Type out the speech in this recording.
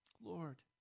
Lord